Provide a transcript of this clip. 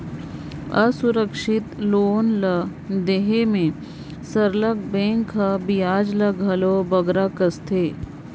असुरक्छित लोन ल देहे में सरलग बेंक हर बियाज ल घलो बगरा कसथे